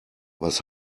was